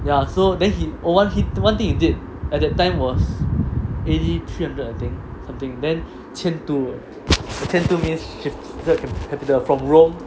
ya so then he oh one thing he did one you did at that time was eighty three hundred I think something then 迁都迁都 means shifted in capital from rome